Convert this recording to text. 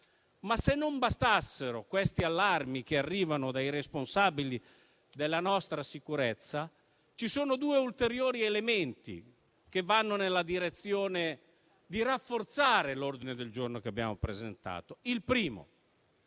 no. Se non bastassero poi questi allarmi che arrivano dai responsabili della nostra sicurezza, ci sono due ulteriori elementi che vanno nella direzione di rafforzare l'ordine del giorno che abbiamo presentato. Il primo: